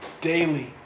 daily